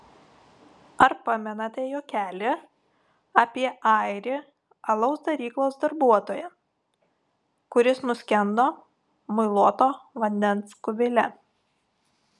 ar pamenate juokelį apie airį alaus daryklos darbuotoją kuris nuskendo muiluoto vandens kubile